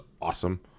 awesome